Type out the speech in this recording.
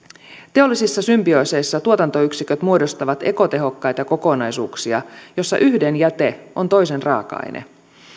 teollisissa symbiooseissa tuotantoyksiköt muodostavat ekotehokkaita kokonaisuuksia joissa yhden jäte on toisen raaka aine